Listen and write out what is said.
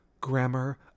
Grammar